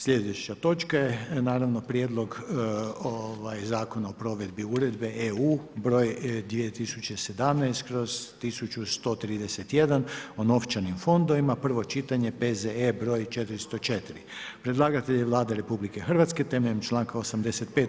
Slijedeća točka je naravno: - Prijedlog Zakona o provedbi Uredbe (EU) br. 2017/1131 o novčanim fondovima, prvo čitanje, P.Z.E. br. 404 Predlagatelj je Vlada RH temeljem članka 85.